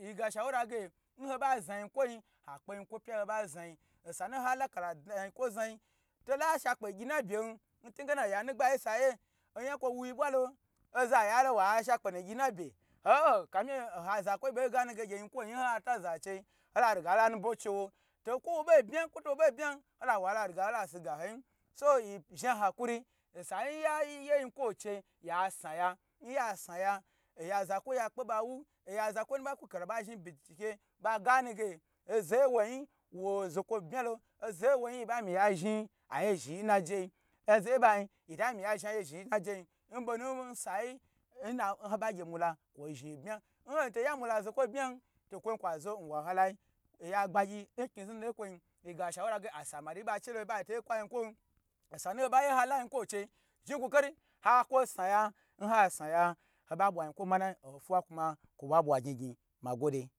yi ga shawara ge nhoba za yin kwo yi hakpe yin kwo pya ho ba za yin osanu halaka la dna yin kwe zna yi tola shakpe gyi na byen ntunge oya nagbayi sayi yo oya kwo wu yi bwo lo oza ya lowa sha kpe nu gyi nnabe ohoo kahi oha zakwoyi bo gmi ge gye yinkwo yi hoye hata za chei hola riga hola nubwo cheow to kwo wo bo bme kwo to wo bo bmen hala wala riga hola siga hoyin so yi zhi ha kuri osa nyayi yinkwo cheyi ya sna ya nya sna ya nya zakwoyi ya kpu ba wu oya za zakwoyi ba kuka ba zhni bincike ba gani ge oza yi wayi owo zokwo bmylo oza ya woyi yi ba mi ya zhni aye zhi yi najeyi, azaye ba yin yitami ya zhni aye zhni naje yin nbonu nba yi nha ba gye mula kwo zhni bma nhoito ya mula zokwo nbma kwon kwo zo n waka ai oya gbegyi nkni zhni ina ya kwo yi yi ga shaura a saman nba to kwa yin kwon osanu hoba yi hala yinkwo chei zhni kokari sna ya nha sna ya hoba bwa yinkwo manayi oho yuwa kuna kwo ba bwa gyn gyn magwode.